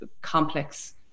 complex